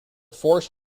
force